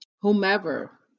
whomever